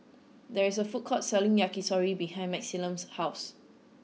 there is a food court selling Yakitori behind Maximilian's house